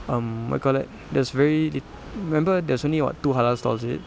um what you call that there's very lit~ remember there's only what two halal stalls is it